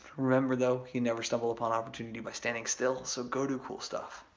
remember though, you never stumble upon opportunity by standing still, so go do cool stuff.